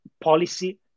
policy